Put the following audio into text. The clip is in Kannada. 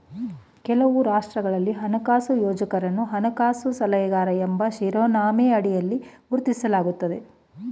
ಕೆಲವು ರಾಷ್ಟ್ರಗಳಲ್ಲಿ ಹಣಕಾಸು ಯೋಜಕರನ್ನು ಹಣಕಾಸು ಸಲಹೆಗಾರ ಎಂಬ ಶಿರೋನಾಮೆಯಡಿಯಲ್ಲಿ ಗುರುತಿಸಲಾಗುತ್ತದೆ